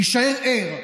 להישאר ער,